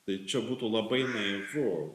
tai čia būtų labai naivu